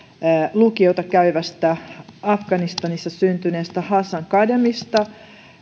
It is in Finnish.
lukiota käyvästä afganistanissa syntyneestä hasan khademista